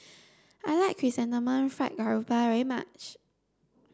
I like chrysanthemum fried Garoupa very much